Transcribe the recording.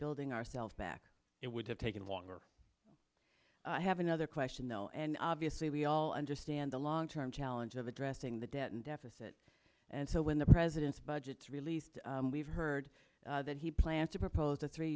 building ourselves back it would have taken longer i have another question though and obviously we all understand the long term challenge of addressing the debt and deficit and so when the president's budget is released we've heard that he plans to propose a three